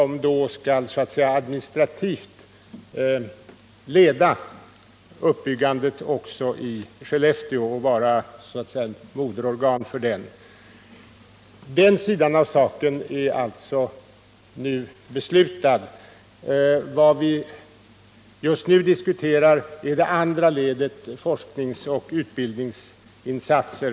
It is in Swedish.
Högskolan i Luleå skall administrativt leda uppbyggandet av enheten i Skellefteå och vara så att säga moderorgan för den. Detta är redan beslutat. Vad vi just nu diskuterar är det andra ledet, forskningsoch utbildningsinsatser.